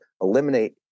eliminate